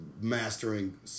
Mastering